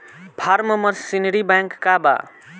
Form machinery bank का बा?